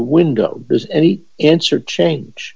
window there's any answer change